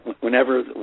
whenever